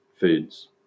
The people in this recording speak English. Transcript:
foods